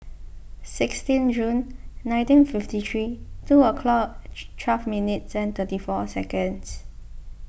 sixteen June nineteen fifty three two o'clock twelve minutes thirty four seconds